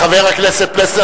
חבר הכנסת פלסנר,